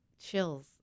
Chills